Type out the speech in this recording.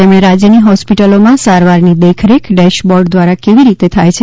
તેમણે રાજ્યની હોસ્પિટલોમાં સારવારની દેખરેખ ડેરાબોર્ડ દ્વારા કેવી રીતે થાય છે